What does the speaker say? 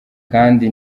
kandi